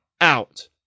out